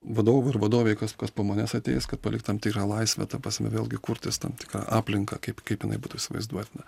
vadovui ar vadovei kas kas po manęs ateis kad palikt tam tikrą laisvę ta prasme vėlgi kurtis tam tikrą aplinką kaip kaip jinai būtų įsivaizduotina